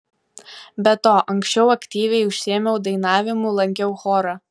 be to anksčiau aktyviai užsiėmiau dainavimu lankiau chorą